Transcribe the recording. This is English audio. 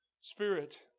spirit